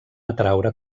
atraure